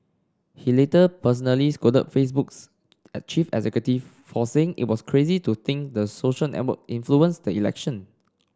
he later personally scolded Facebook's chief executive for saying it was crazy to think the social network influenced the election